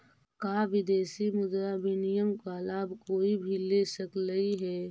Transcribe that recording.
का विदेशी मुद्रा विनिमय का लाभ कोई भी ले सकलई हे?